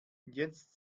jetzt